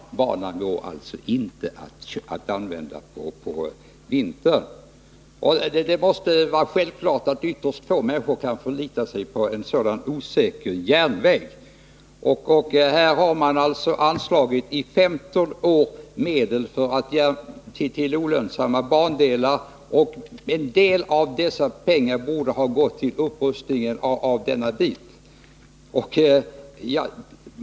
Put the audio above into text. Banan kan alltså inte användas på vintern. Det är självfallet ytterst få människor som kan förlita sig på en så osäker järnväg. Det har under 15 år anslagits medel för underhåll av olönsamma bandelar, och en del av dessa pengar borde ha gått till upprustningen av den bandel vi nu talar om.